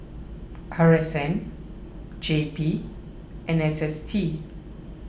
R S N J P and S S T